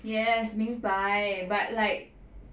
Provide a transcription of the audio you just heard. yes 明白 but like